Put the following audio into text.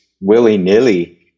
willy-nilly